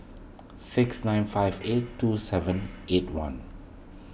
six nine five eight two seven eight one